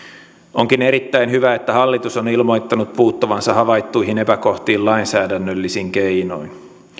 onkin erittäin hyvä että hallitus on ilmoittanut puuttuvansa havaittuihin epäkohtiin lainsäädännöllisin keinoin